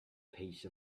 piece